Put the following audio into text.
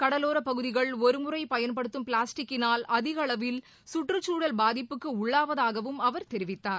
கடலோரப்பகுதிகள் ஒரு முறை பயன்படுத்தம் பிளாஸ்டிக்கினால் அதிகளவில் கற்றச்சூழல் பாதிப்புக்கு உள்ளாவதாகவும் அவர் தெரிவித்தார்